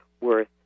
worth